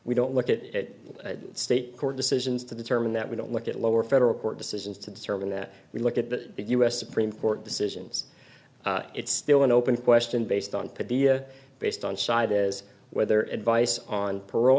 we don't look at it state court decisions to determine that we don't look at lower federal court decisions to determine that we look at the big u s supreme court decisions it's still an open question based on patea based on side as whether advice on parole